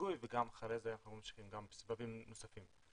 היגוי וגם אחרי זה אנחנו ממשיכים בסבבים נוספים.